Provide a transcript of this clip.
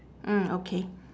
mm okay